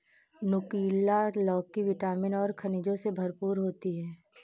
नुकीला लौकी विटामिन और खनिजों से भरपूर होती है